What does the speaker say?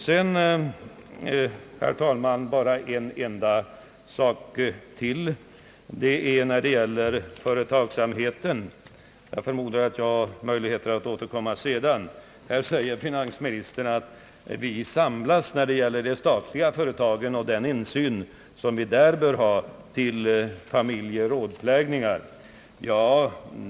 Jag skall nu bara ta upp ytterligare en sak som rör företagsamheten, eftersom jag förmodar att jag får tillfälle att återkomma senare. Finansministern påstår att man samlas till »familjerådplägningar» för att diskutera de statliga företagen och den insyn vi bör ha i dem.